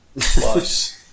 Plus